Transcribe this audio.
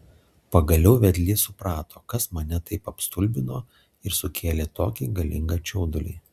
pagaliau vedlys suprato kas mane taip apstulbino ir sukėlė tokį galingą čiaudulį